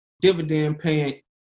dividend-paying